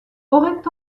aurait